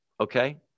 okay